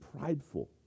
prideful